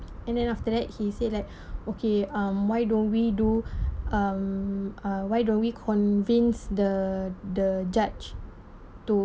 and then after that he say like okay um why don't we do um ah why don't we convinced the the judge to